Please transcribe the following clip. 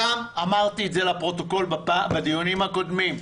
אמרתי את זה לפרוטוקול בדיונים הקודמים,